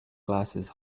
glasses